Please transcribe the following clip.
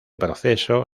proceso